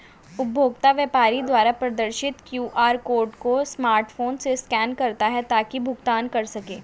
उपभोक्ता व्यापारी द्वारा प्रदर्शित क्यू.आर कोड को स्मार्टफोन से स्कैन करता है ताकि भुगतान कर सकें